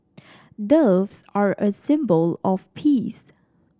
doves are a symbol of peace